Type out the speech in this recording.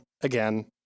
again